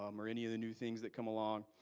um or any of the new things that come along.